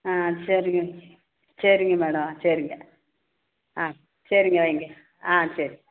ஆ சரிங்க சரிங்க மேடம் சரிங்க ஆ சரிங்க வைங்க ஆ சரி